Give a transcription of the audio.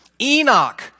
Enoch